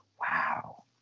wow